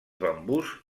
bambús